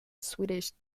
swedish